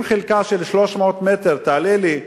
אם חלקה של 300 מטר תעלה לי,